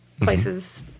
places